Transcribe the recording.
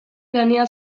daniel